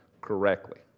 correctly